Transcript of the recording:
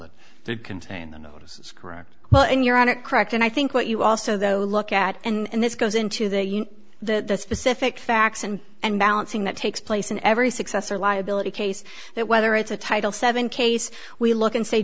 notices correct well in you're on a crack and i think what you also though look at and this goes into the you know the specific facts and and balancing that takes place in every successor liability case that whether it's a title seven case we look and say